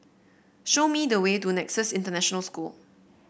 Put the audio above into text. show me the way to Nexus International School